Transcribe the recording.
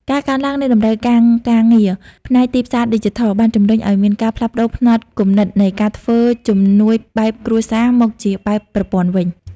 ការកើនឡើងនៃតម្រូវការការងារផ្នែកទីផ្សារឌីជីថល បានជំរុញឱ្យមានការផ្លាស់ប្តូរផ្នត់គំនិតនៃការធ្វើជំនួញបែបគ្រួសារមកជាបែបប្រព័ន្ធវិញ។